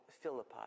Philippi